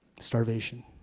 starvation